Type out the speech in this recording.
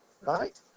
right